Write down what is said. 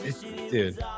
dude